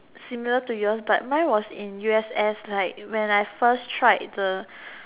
similar to yours but mine was in U_S_S like when I first tried the